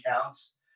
counts